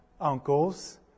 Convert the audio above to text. uncles